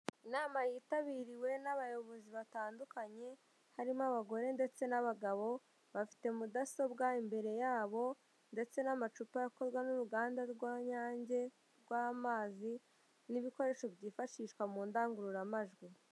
Inama yitabiriwe n'abayobozi batandukanye, harimo abagore ndetse n'abagabo, bafite mudasobwa imbere yabo ndetse n'amacupa akorwa n'uruganda rw'Inyange rw'amazi n'ibikoresho byifashishwa mu ndangururamajwi.